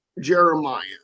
Jeremiah